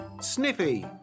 Sniffy